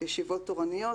ישיבות תורניות,